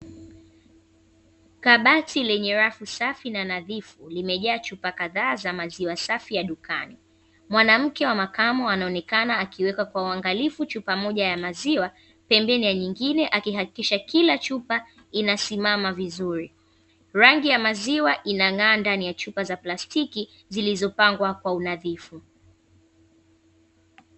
Kabati lenye rafu safi na nadhifu limejaa chupa kadhaa za maziwa safi ya dukani. Mwanamke wa makamo anaonekana akiweka kwa uangalifu chupa moja ya maziwa pembeni ya nyingine akihakikisha kila chupa inasimama vizuri, rangi ya maziwa inang'aa ndani ya chupa za plastiki zilizopangwa kwa unadhifu.